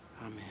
Amen